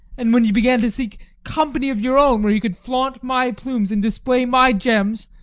and when you began to seek company of your own where you could flaunt my plumes and display my gems,